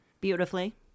beautifully